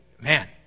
man